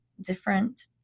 different